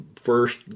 first